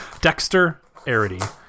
Dexter-arity